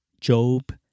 Job